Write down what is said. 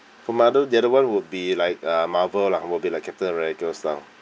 for my other the other [one] would be like uh Marvel lah will be like captain america style